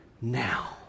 now